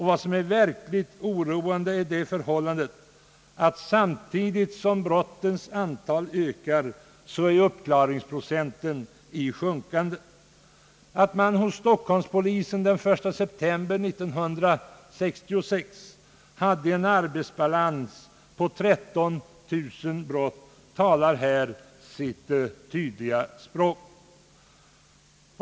Vad som är verkligt oroande är förhållandet att uppklaringsprocenten är sjunkande samtidigt som brottens antal ökar. Stockholmspolisen hade den 1 september 1966 en arbetsbalans på 13 000 brott, vilket talar sitt tydliga språk.